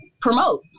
promote